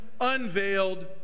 unveiled